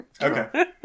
Okay